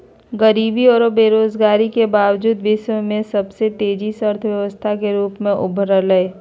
गरीबी औरो बेरोजगारी के बावजूद विश्व में सबसे तेजी से अर्थव्यवस्था के रूप में उभरलय